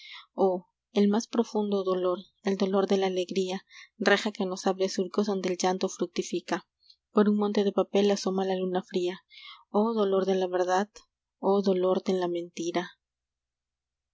oh el más profundo dolor el dolor de la alegría reja que nos abre surcos donde el llanto fructifica por un monte de papel asoma la luna fría oh dolor de la verdad oh dolor de la mentira